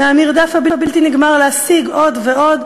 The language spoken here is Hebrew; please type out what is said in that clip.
מהמרדף הבלתי-נגמר להשיג עוד ועוד,